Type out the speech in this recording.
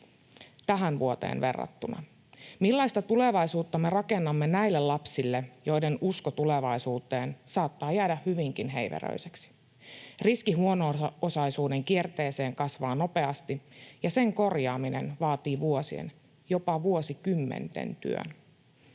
tähän vuoteen verrattuna. Millaista tulevaisuutta me rakennamme näille lapsille, joiden usko tulevaisuuteen saattaa jäädä hyvinkin heiveröiseksi? Riski huono-osaisuuden kierteeseen kasvaa nopeasti, ja sen korjaaminen vaatii vuosien, jopa vuosikymmenten, työn.